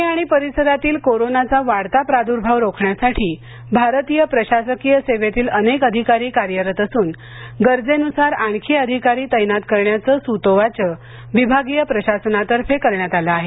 पुणे आणि परिसरातील कोरोनाचा वाढता प्रादुर्भाव रोखण्यासाठी भारतीय प्रशासकीय सेवेतील अनेक अधिकारी कार्यरत असून गरजेन्सार आणखी अधिकारी तैनात करण्याचे सूतोवाच विभागीय प्रशासनातर्फे करण्यात आलं आहे